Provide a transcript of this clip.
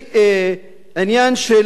עניין של